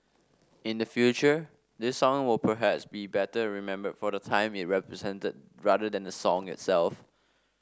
in the future this song will perhaps be better remembered for the time it represented rather than the song itself